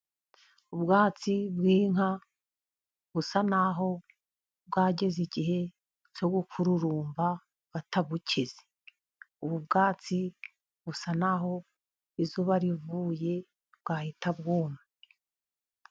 Ubwatsi bw'inka busa naho bwageze igihe cyo gukururumba batabukeze. Ubu bwatsi busa naho izuba rivuye bwahita bwuma.